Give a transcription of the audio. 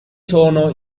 sono